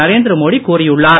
நரேந்திர மோடி கூறியுள்ளார்